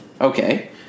Okay